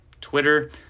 Twitter